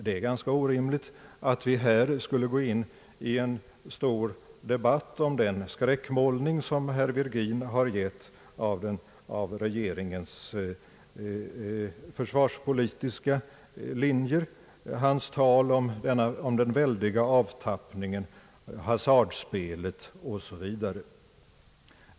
Det är ganska orimligt att vi här skulle gå in i en stor debatt om herr Virgins skräckmålning av regeringens försvarspolitiska linje och hans tal om den stora avtappningen, hasardspelet osv.